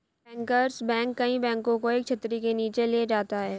bankers bank कई बैंकों को एक छतरी के नीचे ले जाता है